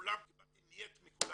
קיבלתי "נייט" מכולם.